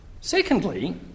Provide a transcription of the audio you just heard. secondly